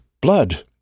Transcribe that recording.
blood